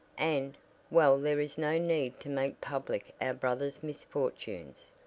and well there is no need to make public our brother's misfortunes.